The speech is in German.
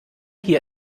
hier